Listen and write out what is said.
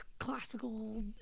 classical